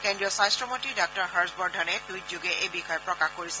কেন্দ্ৰীয় স্বাস্থ্যমন্ত্ৰী ডাঃ হৰ্ষবৰ্ধনে টুইটযোগে এই বিষয়ে প্ৰকাশ কৰিছে